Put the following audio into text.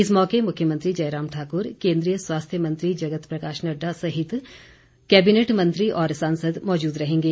इस मौके मुख्यमंत्री जयराम ठाक्र केंद्रीय स्वास्थ्य मंत्री जगत प्रकाश नड़्डा सहित केबिनेट मंत्री और सांसद मौजूद रहेंगे